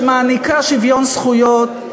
שמעניקה שוויון זכויות,